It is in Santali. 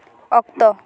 ᱚᱠᱛᱚ